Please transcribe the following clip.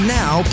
now